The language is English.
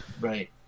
Right